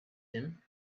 him